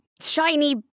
shiny